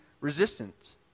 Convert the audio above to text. resistance